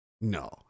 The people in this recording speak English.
No